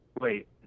Wait